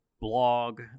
blog